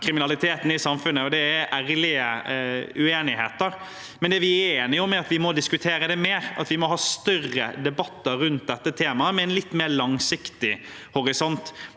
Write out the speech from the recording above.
kriminaliteten i samfunnet, og det er ærlige uenigheter. Men det vi er enige om, er at vi må diskutere det mer, at vi må ha større debatter rundt dette temaet, med en litt mer langsiktig horisont.